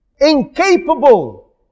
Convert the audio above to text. incapable